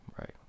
right